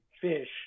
fish